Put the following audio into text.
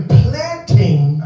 planting